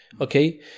Okay